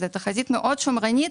זו תחזית מאוד שמרנית.